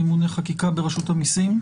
ממונה חקיקה ברשות המיסים.